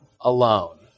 alone